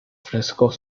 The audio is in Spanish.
fresco